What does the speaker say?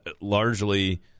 largely